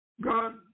God